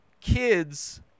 kids